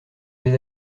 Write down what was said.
des